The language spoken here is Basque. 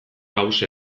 hauxe